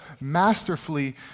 masterfully